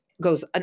goes